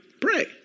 pray